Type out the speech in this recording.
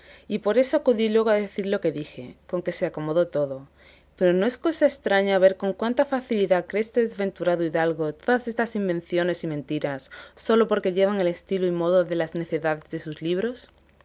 y por eso acudí luego a decir lo que dije con que se acomodó todo pero no es cosa estraña ver con cuánta facilidad cree este desventurado hidalgo todas estas invenciones y mentiras sólo porque llevan el estilo y modo de las necedades de sus libros